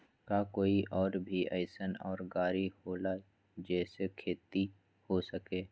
का कोई और भी अइसन और गाड़ी होला जे से खेती हो सके?